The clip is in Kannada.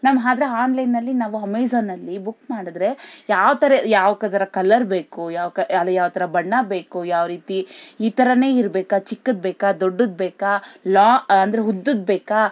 ನಾನು ಆದ್ರೆ ಹಾನ್ಲೈನಲ್ಲಿ ನಾವು ಅಮೇಝಾನಲ್ಲಿ ಬುಕ್ ಮಾಡಿದ್ರೆ ಯಾವ್ತರ ಯಾವ್ಕೆ ಅದರ ಕಲ್ಲರ್ ಬೇಕು ಯಾವ ಕ ಅದು ಯಾವ್ತರ ಬಣ್ಣ ಬೇಕು ಯಾವ ರೀತಿ ಈ ಥರ ಇರಬೇಕಾ ಚಿಕ್ಕದು ಬೇಕಾ ದೊಡ್ಡದು ಬೇಕಾ ಲಾ ಅಂದರೆ ಉದ್ದದು ಬೇಕಾ